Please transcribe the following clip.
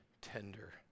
tender